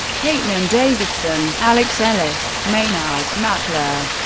kaitlyn davidson, alex ellis, maynard, matt loehr,